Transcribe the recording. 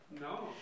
No